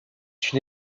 une